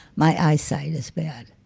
my eyesight is bad.